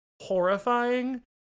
horrifying